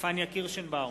פניה קירשנבאום,